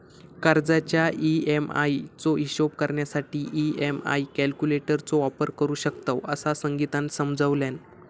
कर्जाच्या ई.एम्.आई चो हिशोब करण्यासाठी ई.एम्.आई कॅल्क्युलेटर चो वापर करू शकतव, असा संगीतानं समजावल्यान